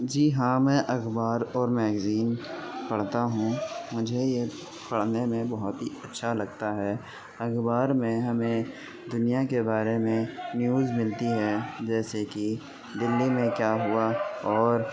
جی ہاں میں اخبار اور میگزین پڑھتا ہوں مجھے یہ پڑھنے میں بہت ہی اچھا لگتا ہے اخبار میں ہمیں دنیا کے بارے میں نیوز ملتی ہے جیسے كہ دلّی میں كیا ہوا اور